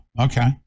okay